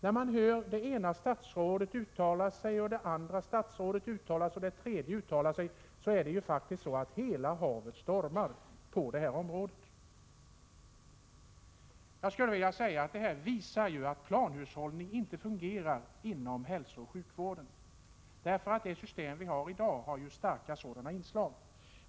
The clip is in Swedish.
När man hör det ena statsrådet, det andra statsrådet och det tredje statsrådet uttala sig är det faktiskt som om ”hela havet stormar” på detta område. Detta visar att planhushållning inte fungerar inom hälsooch sjukvården. Det system vi har i dag har ju starka sådana inslag.